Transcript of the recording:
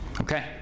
Okay